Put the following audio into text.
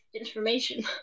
information